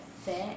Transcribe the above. fit